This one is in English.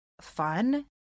fun